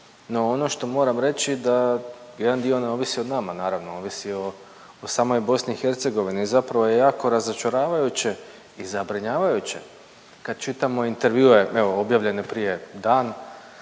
no ono što moram reći da jedan dio ne ovisi o nama, naravno ovisi o samoj BiH i zapravo je jako razočaravajuće i zabrinjavajuće kad čitamo intervjue evo objavljene prije dan